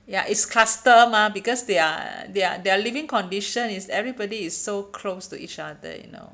ya it's cluster mah because they are they are their living condition is everybody is so close to each other you know